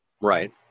Right